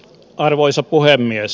arvoisa puhemies